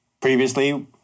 Previously